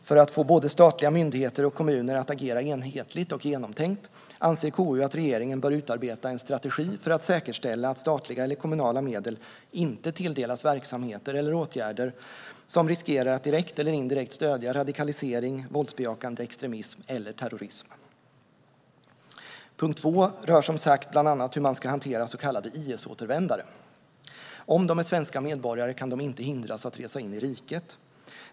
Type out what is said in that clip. För att få både statliga myndigheter och kommuner att agera enhetligt och genomtänkt anser KU att regeringen bör utarbeta en strategi för att säkerställa att statliga eller kommunala medel inte tilldelas verksamheter eller åtgärder som riskerar att direkt eller indirekt stödja radikalisering, våldsbejakande extremism eller terrorism. Punkt två rör, som sagt, bland annat hur man ska hantera så kallade IS-återvändare. Om de är svenska medborgare kan de inte hindras att resa in i riket.